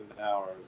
hours